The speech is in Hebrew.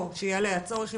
או שיעלה הצורך,